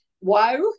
wow